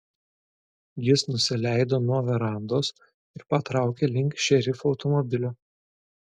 jis nusileido nuo verandos ir patraukė link šerifo automobilio